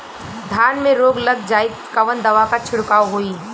धान में रोग लग जाईत कवन दवा क छिड़काव होई?